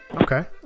Okay